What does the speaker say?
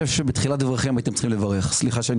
בתחילת דבריכם הייתם צריכים לברך סליחה שאני